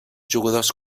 jugadors